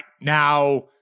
Now